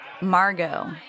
Margot